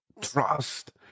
trust